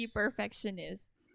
perfectionists